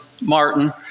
Martin